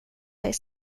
dig